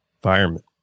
Environment